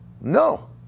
no